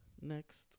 Next